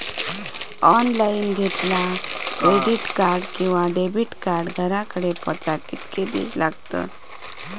Online घेतला credit card किंवा debit card घराकडे पोचाक कितके दिस लागतत?